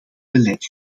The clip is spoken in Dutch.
beleid